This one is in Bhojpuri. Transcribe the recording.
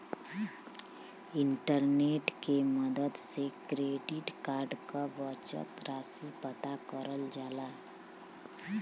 इंटरनेट के मदद से क्रेडिट कार्ड क बचल राशि पता करल जा सकला